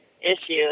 issues